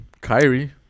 Kyrie